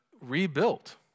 rebuilt